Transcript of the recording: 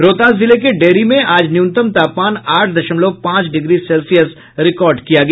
रोहतास जिला के डेहरी में आज न्यूनतम तापमान आठ दशमलव पांच डिग्री सेल्सियस रिकॉर्ड किया गया